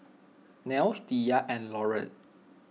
Nels Diya and Laurette